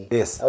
Yes